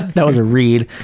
that was a read.